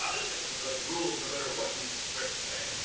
um this episode rules, no matter what you pricks say.